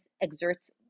exerts